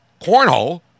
cornhole